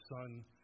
Son